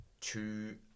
two